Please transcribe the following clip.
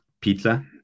pizza